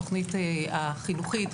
התוכנית החינוכית,